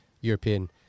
European